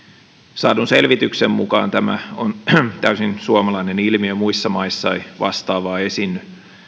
saadun selvityksen mukaan tämä on täysin suomalainen ilmiö muissa maissa ei vastaavaa esiinny